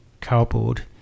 cardboard